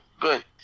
good